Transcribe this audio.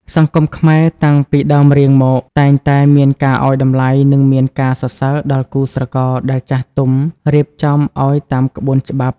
សង្គមខ្មែរតាំងពីដើមរៀងមក តែងតែមានការឱ្យតម្លៃ និងមានការសរសើរដល់គូស្រករដែលចាស់ទុំរៀបចំឱ្យតាមក្បួនច្បាប់។